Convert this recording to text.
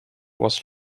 was